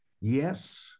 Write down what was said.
Yes